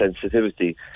sensitivity